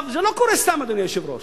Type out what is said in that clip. זה לא קורה סתם, אדוני היושב-ראש.